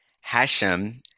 Hashem